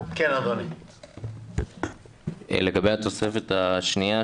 שתי הערות לגבי התוספת השנייה.